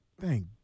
thank